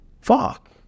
fuck